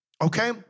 okay